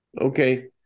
Okay